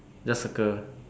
just circle